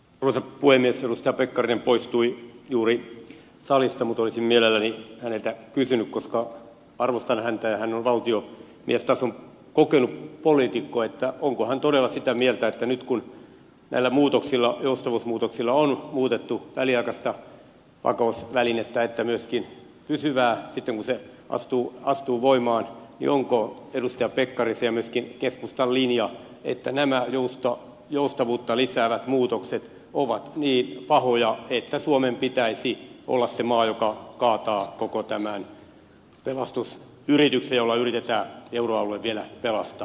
edustaja pekkarinen poistui juuri salista mutta olisin mielelläni häneltä kysynyt koska arvostan häntä ja hän on valtiomiestason kokenut poliitikko että onko hän todella sitä mieltä nyt kun näillä joustavuusmuutoksilla on muutettu sekä väliaikaista vakausvälinettä että myöskin pysyvää sitten kun se astuu voimaan onko edustaja pekkarisen ja myöskin keskustan linja se että nämä joustavuutta lisäävät muutokset ovat niin pahoja että suomen pitäisi olla se maa joka kaataa koko tämän pelastusyrityksen jolla yritetään euroalue vielä pelastaa